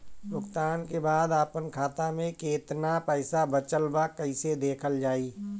भुगतान के बाद आपन खाता में केतना पैसा बचल ब कइसे देखल जाइ?